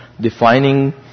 defining